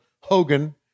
hogan